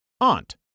Aunt